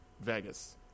Vegas